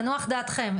תנוח דעתכם,